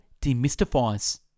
demystifies